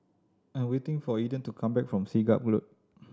I am waiting for Eden to come back from Siglap Road